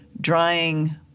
drying